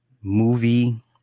movie